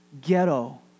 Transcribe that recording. ghetto